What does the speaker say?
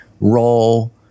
role